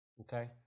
Okay